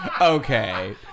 Okay